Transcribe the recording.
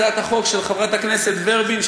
הצעת החוק של חברת הכנסת ורבין,